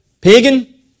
Pagan